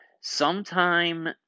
sometime